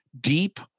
deep